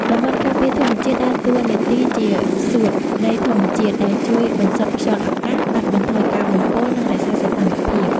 តំបន់ការពារធម្មជាតិដើរតួនាទីជា "សួត" នៃធម្មជាតិ ដែលជួយបន្សុទ្ធខ្យល់អាកាស កាត់បន្ថយការបំពុល និងរក្សាសីតុណ្ហភាព។